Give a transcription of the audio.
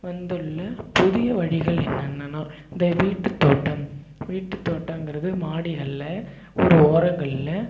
வந்துள்ள புதிய வழிகள் என்னென்னனா இந்த வீட்டு தோட்டம் வீட்டு தோட்டங்கிறது மாடிகள்ல ஒரு ஓரங்கள்ல